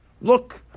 Look